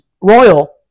Royal